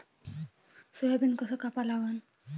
Soybean कस कापा लागन?